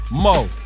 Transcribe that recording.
Mo